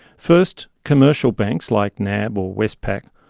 first, commercial banks, like nab or westpac,